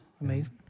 Amazing